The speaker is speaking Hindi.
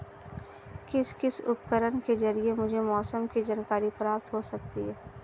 किस किस उपकरण के ज़रिए मुझे मौसम की जानकारी प्राप्त हो सकती है?